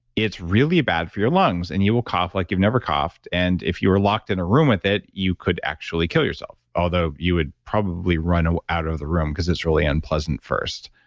it's really bad for your lungs, and you will cough like you've never coughed. and if you were locked in a room with it, you could actually kill yourself, although you would probably run ah out of the room because it's really unpleasant first.